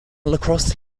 lacrosse